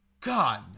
God